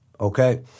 Okay